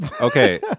okay